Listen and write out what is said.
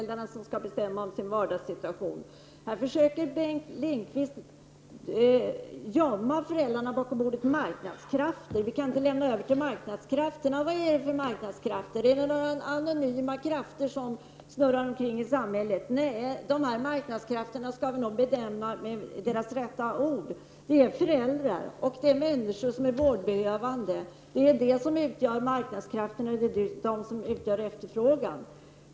De skall bestämma om sin vardagssituation. Här försöker Bengt Lindqvist gömma föräldrarna bakom ordet marknadskrafter. Vi kan inte lämna över till marknadskrafterna, heter det. Vad är det för marknadskrafter? Är det några anonyma marknadskrafter som snurrar omkring i samhället? De där marknadskrafterna bör vi nog benämna med det rätta ordet: det är föräldrar och människor som är vårdbehövande. Det är de som utgör ”marknadskrafterna” och svarar för efterfrågan.